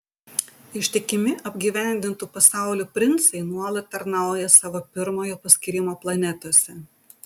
ištikimi apgyvendintų pasaulių princai nuolat tarnauja savo pirmojo paskyrimo planetose